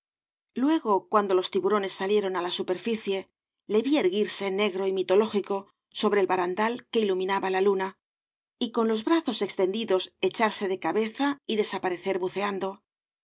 luego cuando los tiburones salieron á la superficie le vi erguirse negro y mitológico sobre el barandal que iluminaba la luna y con los obras de valle inclan brazos extendidos echarse de cabeza y desaparecer buceando